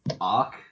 arc